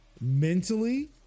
mentally